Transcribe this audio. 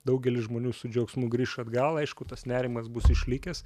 daugelis žmonių su džiaugsmu grįš atgal aišku tas nerimas bus išlikęs